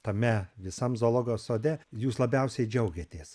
tame visam zoologijos sode jūs labiausiai džiaugiatės